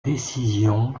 décision